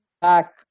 back